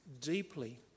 deeply